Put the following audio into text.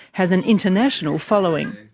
has an international following.